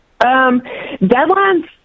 Deadlines